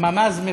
ממ"ז מברך.